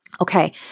Okay